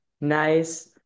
nice –